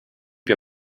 più